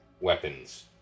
weapons